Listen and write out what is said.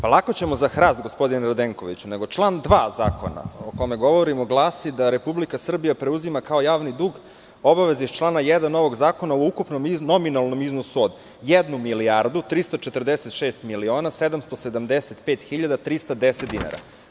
Lako ćemo za hrast, gospodine Radenkoviću, nego član 2. zakona o kome govorimo glasi – da Republika Srbija preuzima kao javni dug obaveze iz člana 1. ovog zakona u ukupnom nominalnom iznosu od 1.346.775.310 dinara.